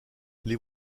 les